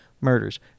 Murders